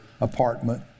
apartment